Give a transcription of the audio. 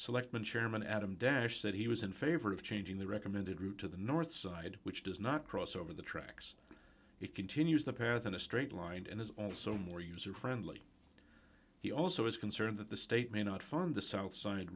selectman chairman adam dash said he was in favor of changing the recommended route to the north side which does not cross over the tracks it continues the path in a straight line and is also more user friendly he also is concerned that the state may not farm the south side